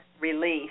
release